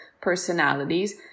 personalities